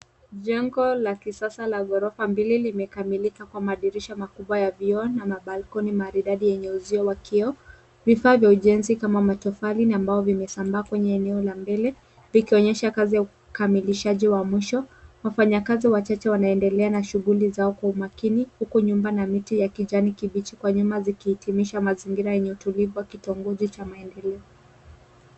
Jengo la kisasa la ghorofa mbili limekamilikakwa madirisha makubwa ya vioo na mabalkoni maridadi yenye uzio wa kioo. Vifaa vya ujenzi kama matofali na mbao vimesambaa kwenye eneo la mbele vikionyesha kazi ya ukamilishaji wa mwisho. Wafanyakazi wachache wanaendelea na shughuli zao kwa umakini huku nyumba na miti ya kijani kibichi kwa nyuma zikihitimisha mazingira yenye utulivu wa kitongoji cha maendeleo.